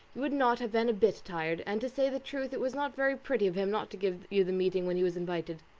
you would not have been a bit tired and to say the truth it was not very pretty of him not to give you the meeting when he was invited.